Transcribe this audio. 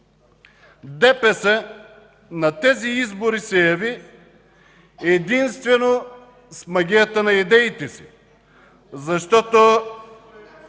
ДПС на тези избори се яви единствено с магията на идеите си, защото